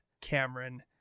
Cameron